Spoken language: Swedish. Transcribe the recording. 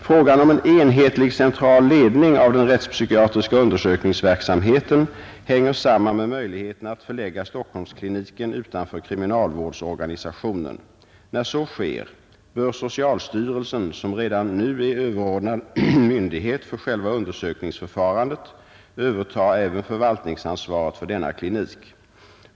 Frågan om en enhetlig central ledning av den rättspsykiatriska undersökningsverksamheten hänger samman med möjligheten att förlägga Stockholmskliniken utanför kriminalvårdsorganisationen. När så sker bör socialstyrelsen, som redan nu är överordnad myndighet för själva undersökningsförfarandet, överta även förvaltningsansvaret för denna klinik.